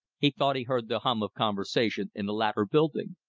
he thought he heard the hum of conversation in the latter building.